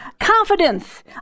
confidence